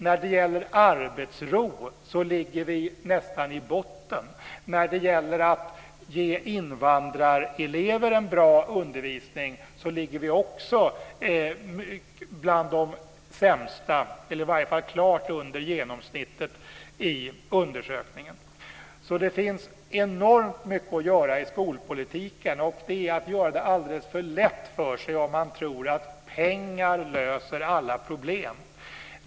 När det gäller arbetsro ligger vi nästan i botten. När det gäller att ge invandrarelever en bra undervisning ligger vi också bland de sämsta, eller i varje fall klart under genomsnittet, i undersökningen. Så det finns enormt mycket att göra i skolpolitiken, och det är att göra det alldeles för lätt för sig om man tror att pengar löser alla problem.